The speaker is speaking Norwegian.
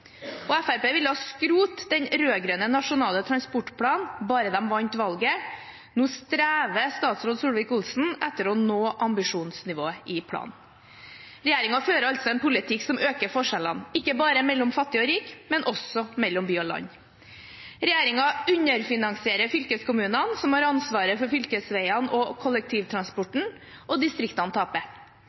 før. Fremskrittspartiet ville skrote den rød-grønne nasjonale transportplanen bare de vant valget. Nå strever statsråd Solvik-Olsen etter å nå ambisjonsnivået i planen. Regjeringen fører altså en politikk som øker forskjellene – ikke bare mellom fattig og rik, men også mellom by og land. Regjeringen underfinansierer fylkeskommunene, som har ansvaret for fylkesveiene og kollektivtransporten – og distriktene